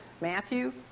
Matthew